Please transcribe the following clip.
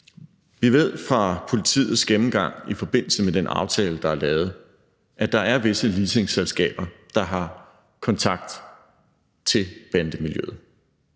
Vi ved fra politiets gennemgang i forbindelse med den aftale, der er lavet, at der er visse leasingselskaber, der har kontakt til bandemiljøet.